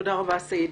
תודה רבה, סעיד.